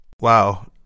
Wow